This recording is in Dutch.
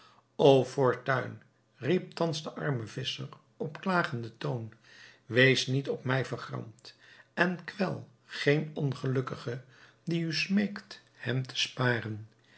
riep thans de arme visscher op klagenden toon wees niet op mij vergramd en kwel geen ongelukkige die u smeekt hem te sparen